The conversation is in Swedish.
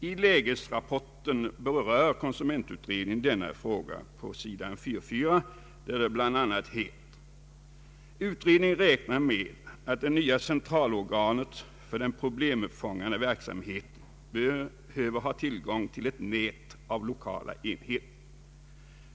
I lägesrapporten berör konsumentutredningen denna fråga på sidan 4: 4, där det bl.a. heter: ”Utredningen räknar med att det nya centralorganet för den problemuppfångande verksamheten behöver ha tillgång till ett nät av lokala enheter.